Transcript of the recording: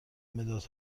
مداد